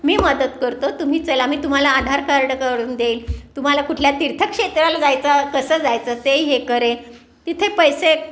मी मदत करतो तुम्ही चला मी तुम्हाला आधार कार्ड करून देईल तुम्हाला कुठल्या तीर्थक्षेत्राला जायचं कसं जायचं तेही हे करेल तिथे पैसे